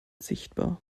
sichtbar